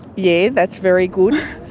yeah that's very good.